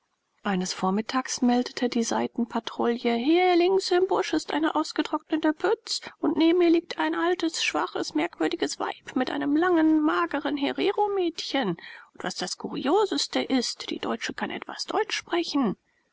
eines vormittags meldete die seitenpatrouille hier links im busch ist eine ausgetrocknete pütz und neben ihr liegt ein altes schwaches merkwürdiges weib mit einem langen mageren hereromädchen und was das kurioseste ist die alte kann etwas deutsch sprechen